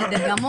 זה בסדר גמור.